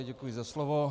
Děkuji za slovo.